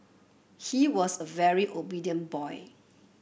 he was a very obedient boy